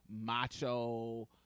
macho